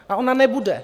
A ona nebude.